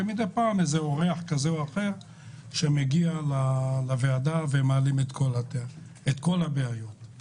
ומידי פעם יש אורח כזה או אחר שמגיע לוועדה ומעלים את כל הבעיות.